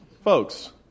Folks